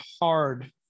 hard